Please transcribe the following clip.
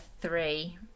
three